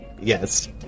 Yes